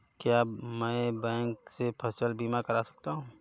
क्या मैं बैंक से फसल बीमा करा सकता हूँ?